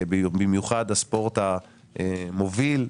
במיוחד הספורט המוביל,